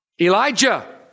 Elijah